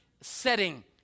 setting